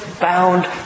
bound